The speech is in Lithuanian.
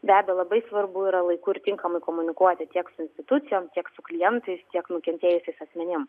be abejo labai svarbu yra laiku ir tinkamai komunikuoti tiek su institucijom tiek su klientais tiek nukentėjusiais asmenim